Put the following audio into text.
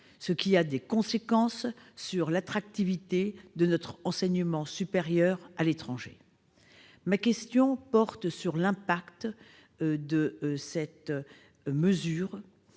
Cela aura des conséquences sur l'attractivité de notre enseignement supérieur à l'étranger. Ma question porte sur l'impact de cette mesure